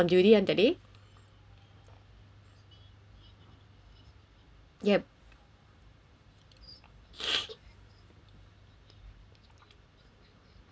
yup